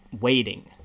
waiting